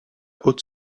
haute